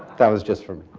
that was just for me.